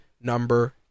number